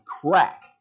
crack